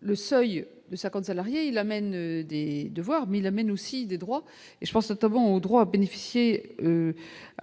le seuil de 50 salariés il amène des devoirs, il amène aussi des droits et je pense notamment au droit bénéficier